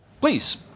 Please